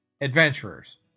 Adventurers